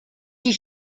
sie